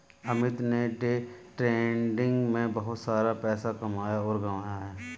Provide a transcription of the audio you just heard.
अमित ने day trading में बहुत सारा पैसा कमाया और गंवाया है